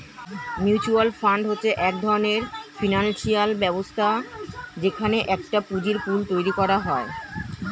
mutual fund হচ্ছে এক ধরণের ফিনান্সিয়াল ব্যবস্থা যেখানে একটা পুঁজির পুল তৈরী করা হয়